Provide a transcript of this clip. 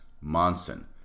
Monson